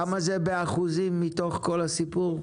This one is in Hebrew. כמה זה באחוזים מכל הסיפור?